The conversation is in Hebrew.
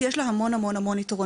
יש לה המון יתרונות.